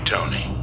Tony